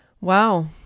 Wow